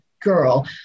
girl